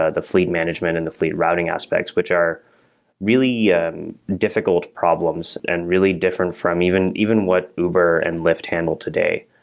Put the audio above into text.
ah the fleet management and the fleet routing aspects, which are really yeah um difficult problems and really different from even even what uber and lyft handle today.